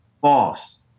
False